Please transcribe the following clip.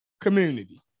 community